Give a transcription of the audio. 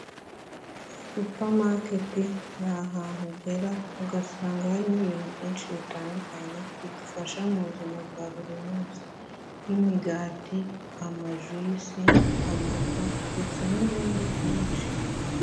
Supamaketi ni ahantu ugera ugasanga harimo ibintu byinshi bitandukanye bidufasha mu buzima bwa buri munsi. Nk'imigati, amajuyisi, amata ndetse n'ibindi byinshi.